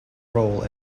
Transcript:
role